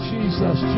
Jesus